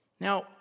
Now